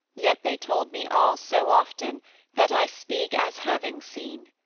yet they told me all so often that i speak as having seen.